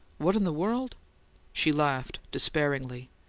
what in the world she laughed despairingly.